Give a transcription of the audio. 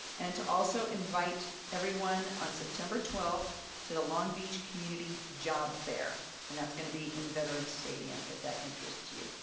and to also invite everyone on september twelfth to the long beach community job fair and that's gonna be in veteran's stadium if that interests you.